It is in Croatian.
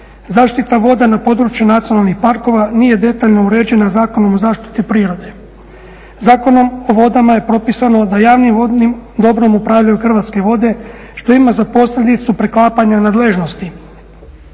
Zaštita voda na području nacionalnih parkova nije detaljno uređena Zakonom o zaštiti prirode. Zakonom o vodama je propisano da javnim vodnim dobrom upravljaju Hrvatske vode što ima za posljedicu preklapanje nadležnosti